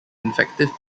effective